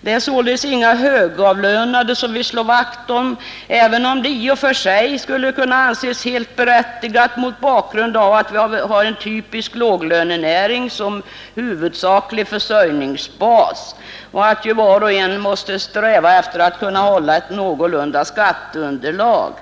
Det är således inga högavlönade som vi slår vakt om, även om detta i och för sig skulle kunna anses helt berättigat, mot bakgrund av att vi har en typisk låglönenäring som huvudsaklig försörjningsbas och att var och en naturligtvis måste sträva efter att hålla ett någorlunda godtagbart skatteunderlag.